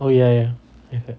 oh ya ya ya